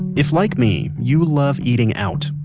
if, like me, you love eating out,